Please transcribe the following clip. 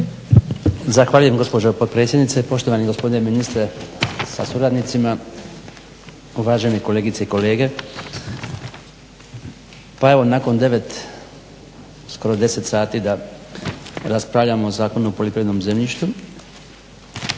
Zahvaljujem gospođo potpredsjednice. Poštovani gospodine ministre sa suradnicima, uvaženi kolegice i kolege. Pa evo nakon devet, skoro deset sati da raspravljamo o Zakonu o poljoprivrednom zemljištu